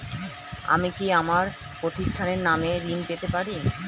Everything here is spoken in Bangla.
আমি কি আমার প্রতিষ্ঠানের নামে ঋণ পেতে পারি?